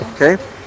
Okay